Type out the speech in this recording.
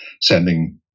sending